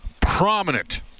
prominent